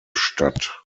statt